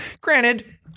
granted